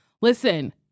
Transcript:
Listen